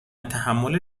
تحمل